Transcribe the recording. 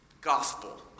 gospel